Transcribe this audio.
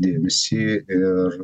dėmesį ir